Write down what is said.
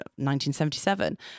1977